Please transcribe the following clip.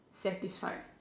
satisfied